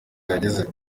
yagize